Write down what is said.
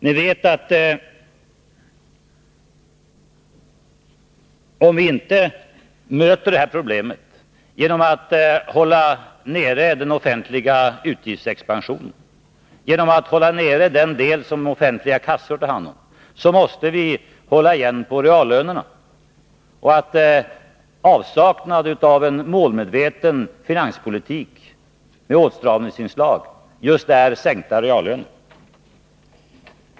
Ni vet att om vi inte möter detta problem genom att hålla nere även den offentliga utgiftsexpansionen, måste vi hålla igen på reallönerna i stället.